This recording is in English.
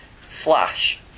Flash